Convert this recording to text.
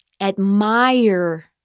admire